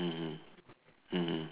mmhmm mmhmm